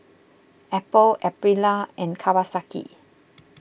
Apple Aprilia and Kawasaki